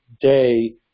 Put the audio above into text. day